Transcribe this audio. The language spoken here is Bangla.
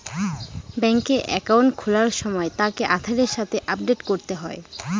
ব্যাঙ্কে একাউন্ট খোলার সময় তাকে আধারের সাথে আপডেট করতে হয়